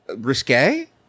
Risque